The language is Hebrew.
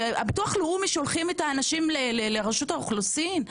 ביטוח לאומי שולח את האנשים לרשות האוכלוסין?